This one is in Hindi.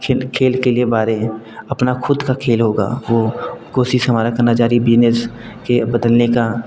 खेल खेल के लिए बारे है अपना ख़ुद का खेल होगा वो कोशिश हमारी करना जारी है बिजनेस के बदलने का